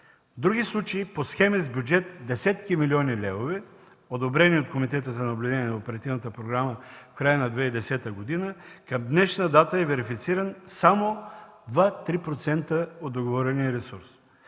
други случаи по схеми с бюджет десетки милиони левове, одобрени от Комитета за наблюдение на оперативната програма в края на 2010 г., към днешна дата е верифициран само 2-3% от договорения ресурс.